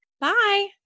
Bye